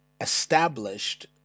established